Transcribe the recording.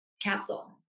capsule